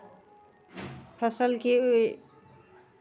फसलके भी